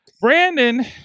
Brandon